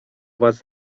władz